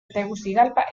tegucigalpa